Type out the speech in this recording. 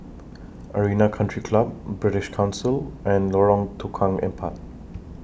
Arena Country Club British Council and Lorong Tukang Empat